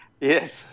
Yes